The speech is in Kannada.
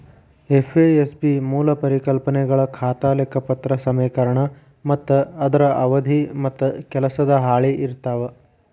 ಎಫ್.ಎ.ಎಸ್.ಬಿ ಮೂಲ ಪರಿಕಲ್ಪನೆಗಳ ಖಾತಾ ಲೆಕ್ಪತ್ರ ಸಮೇಕರಣ ಮತ್ತ ಅದರ ಅವಧಿ ಮತ್ತ ಕೆಲಸದ ಹಾಳಿ ಇರ್ತಾವ